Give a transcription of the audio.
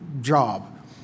job